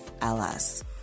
LS